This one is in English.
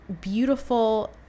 beautiful